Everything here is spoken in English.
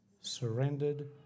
Surrendered